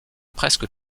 presque